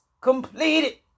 completed